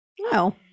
No